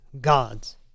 gods